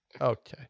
Okay